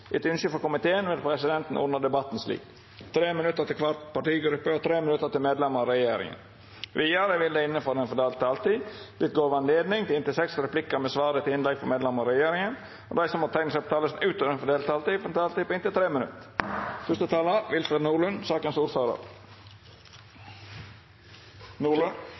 Etter ynske frå kommunal- og forvaltningskomiteen vil presidenten ordna debatten slik: 3 minutt til kvar partigruppe og 3 minutt til medlemer av regjeringa. Vidare vil det – innanfor den fordelte taletida – vert gjeve anledning til inntil seks replikkar med svar etter innlegg frå medlemer av regjeringa, og dei som måtte teikna seg på talarlista utover den fordelte taletida, får ei taletid på inntil 3 minutt.